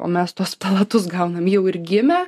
o mes tuos palatus gaunam jau ir gimę